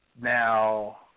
Now